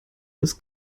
des